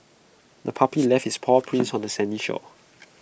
the puppy left its paw prints on the sandy shore